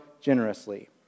generously